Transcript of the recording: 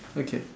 okay